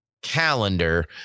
calendar